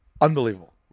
unbelievable